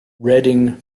redding